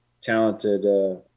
talented